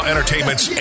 Entertainments